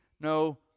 no